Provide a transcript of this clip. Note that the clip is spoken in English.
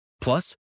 Plus